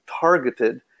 targeted